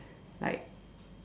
like